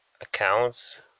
accounts